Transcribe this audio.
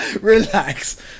Relax